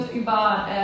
über